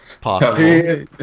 possible